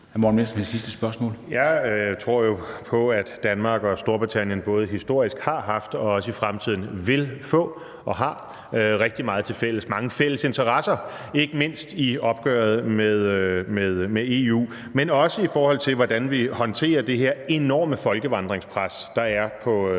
Jeg tror jo på, at Danmark og Storbritannien både historisk har haft, nu har og i fremtiden også vil få rigtig meget tilfælles, mange fælles interesser, ikke mindst i opgøret med EU, men også i forhold til hvordan vi håndterer det her enorme folkevandringspres, der er på